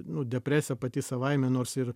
nu depresija pati savaime nors ir